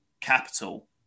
capital